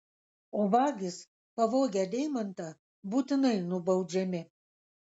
o vagys pavogę deimantą būtinai nubaudžiami